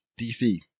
DC